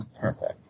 Perfect